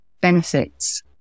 benefits